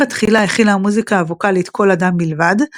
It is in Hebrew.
אם בתחילה הכילה המוזיקה הווקאלית קול אדם בלבד,